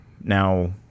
now